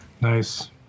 nice